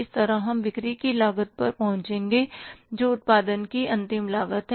इस तरह हम बिक्री की लागत पर पहुँचेंगे जो उत्पादन की अंतिम लागत है